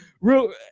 real